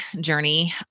journey